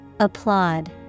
Applaud